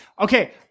Okay